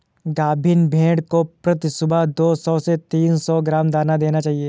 गाभिन भेड़ को प्रति सुबह दो सौ से तीन सौ ग्राम दाना देना चाहिए